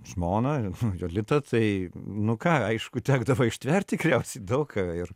žmoną jolitą tai nu ką aišku tekdavo ištvert tikriausiai daug ir